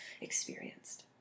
experienced